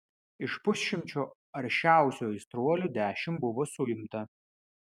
iš pusšimčio aršiausių aistruolių dešimt buvo suimta